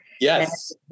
Yes